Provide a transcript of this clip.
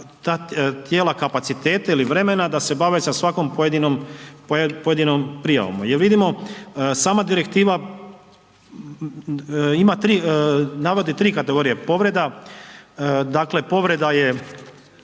tijela kapacitete ili vremena da se bave sa svakom pojedinom, pojedinom prijavama? Jel vidimo, sama direktiva ima 3, navodi 3 kategorije povreda. Dakle, povreda je